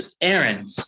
Aaron